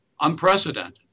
unprecedented